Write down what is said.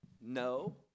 No